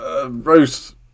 Roast